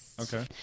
Okay